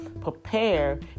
prepare